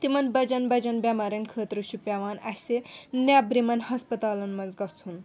تِمَن بَجَن بَجَن بٮ۪مارٮ۪ن خٲطرٕ چھُ پٮ۪وان اَسہِ نٮ۪برِمٮ۪ن ہَسپَتالَن منٛز گَژھُن